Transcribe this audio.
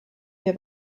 wir